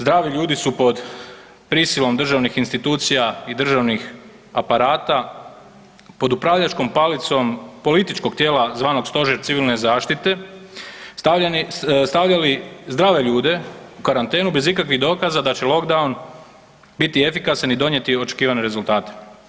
Zdravi ljudi su pod prisilom državnih institucija i državnih aparata pod upravljačkom palicom političkog tijela zvanog Stožer civilne zaštite stavljali zdrave ljude u karantenu bez ikakvih dokaza da će lockdown biti efikasan i donijeti očekivane rezultate.